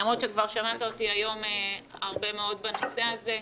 למרות שכבר שמעת אותי היום הרבה מאוד בנושא הזה.